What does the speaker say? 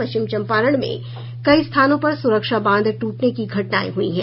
पश्चिम चंपारण में कई स्थानों पर सुरक्षा बांध टूटने की घटनाएं हुई हैं